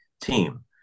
team